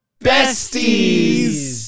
Besties